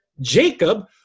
Jacob